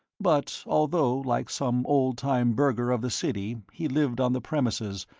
but although, like some old-time burgher of the city, he lived on the premises,